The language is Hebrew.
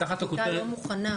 החקיקה לא מוכנה.